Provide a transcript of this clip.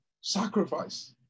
Sacrifice